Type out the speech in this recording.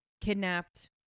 kidnapped